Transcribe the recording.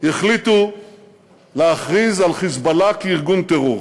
החליטו להכריז על "חיזבאללה" כארגון טרור.